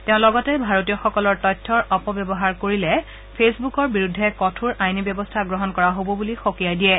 তেওঁ লগতে ভাৰতীয়সকলৰ তথ্যৰ অপব্যৱহাৰ কৰিলে ফেচবুকৰ বিৰুদ্ধে কঠোৰ আইনী ব্যৱস্থা গ্ৰহণ কৰা হ'ব বুলি সকিয়াই দিয়ে